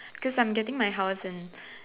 cause I'm getting my house in